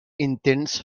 intents